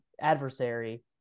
adversary